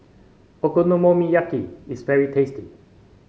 okonomiyaki is very tasty